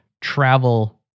travel